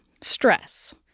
Stress